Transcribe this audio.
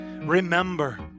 remember